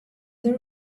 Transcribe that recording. there